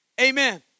amen